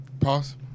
Pause